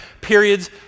periods